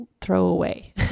throwaway